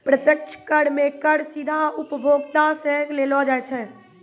प्रत्यक्ष कर मे कर सीधा उपभोक्ता सं लेलो जाय छै